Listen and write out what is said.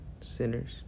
sinners